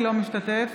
לא משתתף.